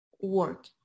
work